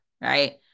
right